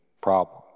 problem